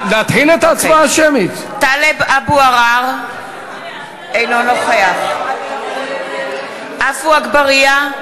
טלב אבו עראר, אינו נוכח עפו אגבאריה,